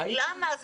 אבל למה?